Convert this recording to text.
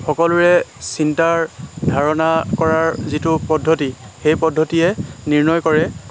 সকলোৰে চিন্তাৰ ধাৰণা কৰাৰ যিটো পদ্ধতি সেই পদ্ধতিয়ে নিৰ্ণয় কৰে